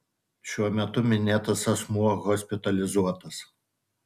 šiuo metu minėtas asmuo hospitalizuotas